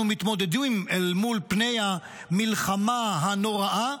מתמודדים אל מול פני המלחמה הנוראה,